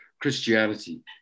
Christianity